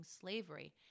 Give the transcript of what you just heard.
slavery